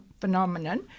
phenomenon